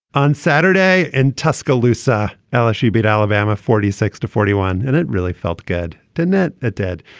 on saturday and tuscaloosa ala she beat alabama forty six to forty one and it really felt good to net a dead.